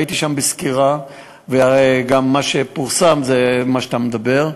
הייתי שם בסקירה, וגם מה שפורסם זה מה שאתה אומר.